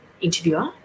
interviewer